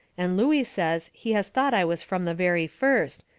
and looey says he has thought i was from the very first,